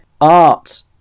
art